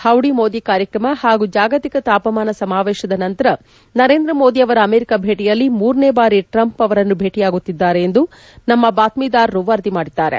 howdy Modi ಕಾರ್ಕ್ರಮ ಹಾಗೂ ಜಾಗತಿಕ ತಾಪಮಾನ ಸಮಾವೇಶದ ನಂತರ ನರೇಂದ್ರಮೋದಿ ಅವರ ಅಮೆರಿಕಾ ಭೇಟಿಯಲ್ಲಿ ಮೂರನೇ ಬಾರಿ ಟ್ರಂಪ್ ಅವರನ್ನು ಭೇಟಿಯಾಗುತ್ತಿದ್ದಾರೆ ಎಂದು ನಮ್ಮ ಬಾತ್ಮೀದಾರರು ವರದಿ ಮಾಡಿದ್ದಾರೆ